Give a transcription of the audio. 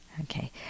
Okay